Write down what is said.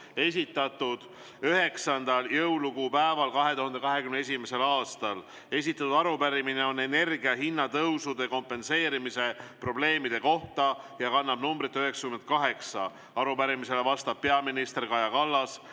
Saaremäe 9. jõulukuu päeval 2021. aastal esitatud arupärimine on energia hinna tõusu kompenseerimise probleemide kohta ja kannab numbrit 98. Arupärimisele vastab peaminister Kaja Kallas.